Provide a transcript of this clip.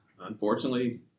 Unfortunately